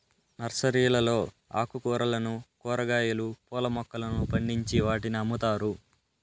నర్సరీలలో ఆకుకూరలను, కూరగాయలు, పూల మొక్కలను పండించి వాటిని అమ్ముతారు